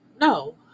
no